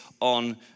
on